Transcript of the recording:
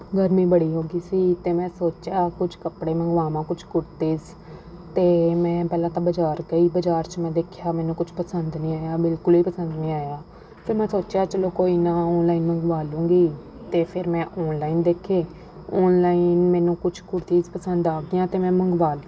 ਗਰਮੀ ਬੜੀ ਹੋ ਗਈ ਸੀ ਅਤੇ ਮੈਂ ਸੋਚਿਆ ਕੁਛ ਕੱਪੜੇ ਮੰਗਵਾਵਾ ਕੁਛ ਕੁੜਤੇਸ ਅਤੇ ਮੈਂ ਪਹਿਲਾਂ ਤਾਂ ਬਾਜ਼ਾਰ ਗਈ ਬਾਜ਼ਾਰ 'ਚ ਮੈਂ ਦੇਖਿਆ ਮੈਨੂੰ ਕੁਛ ਪਸੰਦ ਨਹੀਂ ਆਇਆ ਬਿਲਕੁਲ ਹੀ ਪਸੰਦ ਨਹੀਂ ਆਇਆ ਫਿਰ ਮੈਂ ਸੋਚਿਆ ਚਲੋ ਕੋਈ ਨਾ ਔਨਲਾਈਨ ਮੰਗਵਾ ਲੂੰਗੀ ਅਤੇ ਫਿਰ ਮੈਂ ਔਨਲਾਈਨ ਦੇਖੇ ਔਨਲਾਈਨ ਮੈਨੂੰ ਕੁਛ ਕੁੜਤੀਜ਼ ਪਸੰਦ ਆ ਗਈਆਂ ਅਤੇ ਮੈਂ ਮੰਗਵਾ ਲਈਆਂ